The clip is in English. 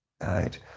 right